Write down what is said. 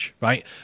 right